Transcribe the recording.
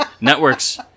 Networks